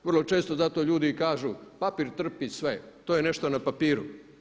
Vrlo često zato ljudi i kažu papir trpi sve, to je nešto na papiru.